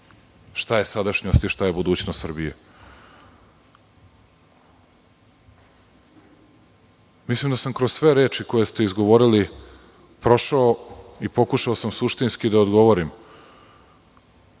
šta je sadašnjost, a šta je budućnost Srbije. Mislim da sam kroz sve reči koje ste izgovorili prošao i pokušao sam suštinski da odgovorim.